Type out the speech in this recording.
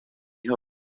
ha